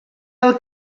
del